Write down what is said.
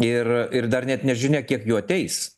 ir ir dar net nežinia kiek jų ateis